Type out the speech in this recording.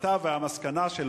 התוצאה תבוא